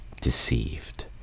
deceived